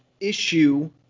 issue